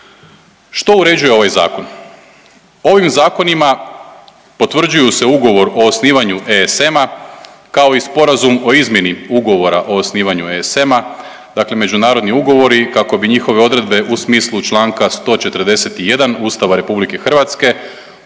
Što uređuje ovaj zakon? Ovim zakonima potvrđuje se Ugovor o osnivanju ESM-a kao i Sporazum o izmjeni Ugovora o osnivanju ESM-a, dakle međunarodni ugovori kako bi njihove odredbe u smislu čl. 141. Ustava RH postale